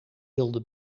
wilde